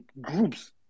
groups